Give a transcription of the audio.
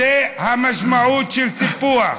זאת המשמעות של סיפוח.